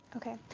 okay.